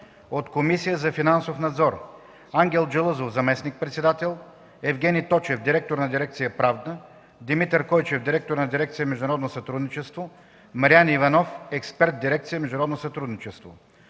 от Комисията за финансов надзор: Ангел Джалъзов – заместник-председател, Евгени Точев – директор на дирекция „Правна”, Димитър Койчев – директор на дирекция „Международно сътрудничество”, Мариян Иванов – експерт в дирекция „Международно сътрудничество”;